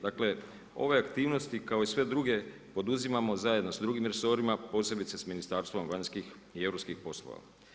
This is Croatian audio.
Dakle, ove aktivnosti kao i sve druge poduzimamo zajedno s drugim resorima posebice sa Ministarstvom vanjskih i europskih poslova.